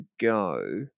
go